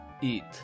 eat